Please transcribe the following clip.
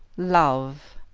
love,